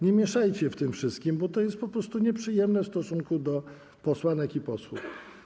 Nie mieszajcie w tym wszystkim, bo to jest po prostu nieprzyjemne w stosunku do posłanek i posłów.